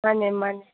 ꯃꯥꯅꯦ ꯃꯥꯅꯦ